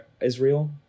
Israel